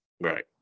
Right